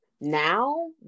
now